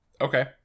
Okay